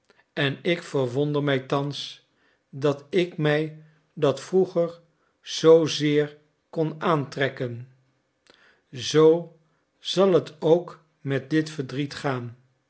en ik verwonder mij thans dat ik mij dat vroeger zoo zeer kon aantrekken zoo zal het ook met dit verdriet gaan